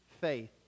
faith